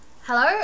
hello